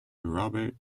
robert